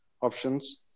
options